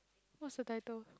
what's the title